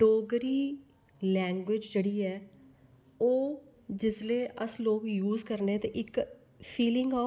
Dogri language जेह्ड़ी ऐ ओह् जिसलै अस लोग यूज़ करने ते इक्क फीलिंग ऑफ